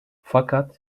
fakat